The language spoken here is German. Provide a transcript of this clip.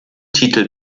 titel